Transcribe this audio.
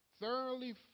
thoroughly